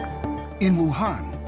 in wuhan,